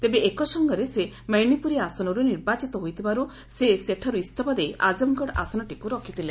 ତେବେ ଏକସଙ୍ଗରେ ସେ ମୈନିପୁରୀ ଆସନରୁ ନିର୍ବାଚିତ ହୋଇଥିବାରୁ ସେ ସେଠାରୁ ଇସ୍ତଫା ଦେଇ ଆଜମ୍ଗଡ଼ ଆସନଟିକୁ ରଖିଥିଲେ